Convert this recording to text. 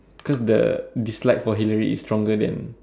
cause the dislike for Hillary is stronger than